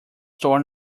torn